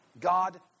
God